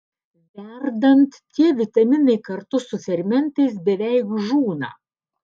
verdant tie vitaminai kartu su fermentais beveik žūna